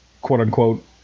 Quote-unquote